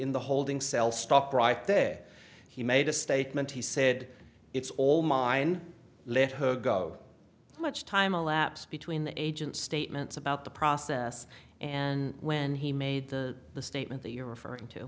in the holding cell stop right there he made a statement he said it's all mine let her go how much time elapsed between the agent statements about the process and when he made the statement that you're referring to